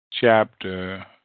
chapter